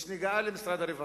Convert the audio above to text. יש נגיעה למשרד הרווחה,